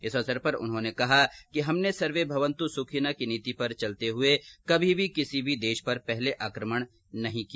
इस अवसर पर उन्होंने कहा कि हमने सर्वेभवन्त् सुखिन की नीति पर चलते हुए कभी भी किसी देश पर पहले आकमण नहीं किया